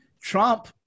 Trump